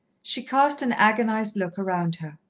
she cast an agonized look around her.